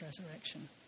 resurrection